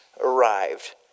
arrived